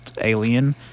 Alien